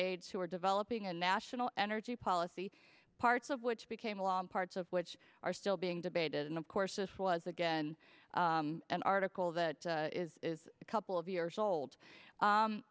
aides who are developing a national energy policy parts of which became along parts of which are still being debated and of course this was again an article that is a couple of years old